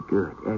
good